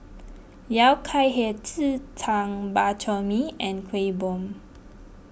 Yao Cai Hei Ji Tang Bak Chor Mee and Kuih Bom